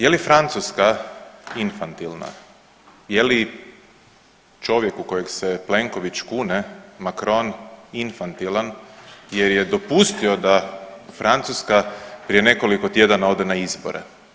Je li Francuska infantilna, je li čovjek u kojeg se Plenković kune Macron infantilan jer je dopustio da Francuska prije nekoliko tjedana ode na izbore?